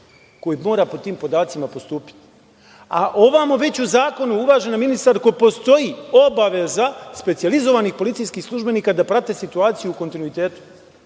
koji mora pod tim podacima postupiti. Ovamo, veću u zakonu, uvažena ministarko, postoji obaveza specijalizovanih policijskih službenika da prate situaciju u kontinuitetu.